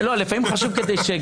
אני צוחק.